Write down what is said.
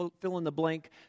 fill-in-the-blank